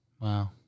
Wow